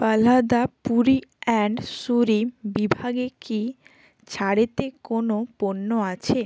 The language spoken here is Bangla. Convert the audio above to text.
প্রহ্লাদ পুরি অ্যান্ড সুরি বিভাগে কি ছাড়েতে কোনও পণ্য আছে